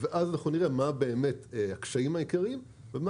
ואז אנחנו נראה מה באמת הקשיים העיקריים ומה